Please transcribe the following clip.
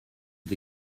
the